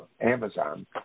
Amazon